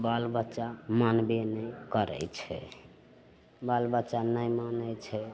बाल बच्चा मानव नहि करय छै बाल बच्चा नहि मानय छै